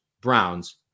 Browns